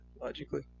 Logically